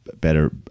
better